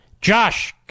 Josh